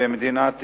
ומדינת ישראל,